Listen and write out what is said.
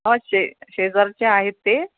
हो शे शेजारचे आहेत ते